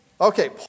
Okay